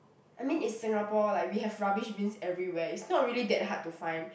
I mean in Singapore like we have rubbish bins everywhere it's not really that hard to find